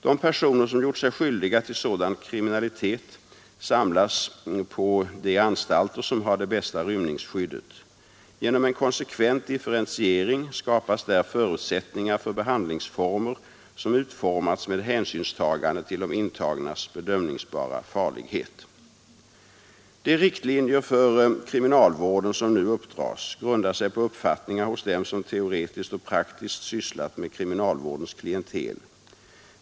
De personer som gjort sig skyldiga till sådan kriminalitet samlas på de anstalter som har det bästa rymnings 111 skyddet. Genom en konsekvent differentiering skapas där förutsättningar för behandlingsformer som utformats med hänsynstagande till de intagnas bedömningsbara farlighet. De riktlinjer för kriminalvården som nu uppdras grundar sig på uppfattningar hos dem som teoretiskt och praktiskt sysslat med kriminalvårdens klientel.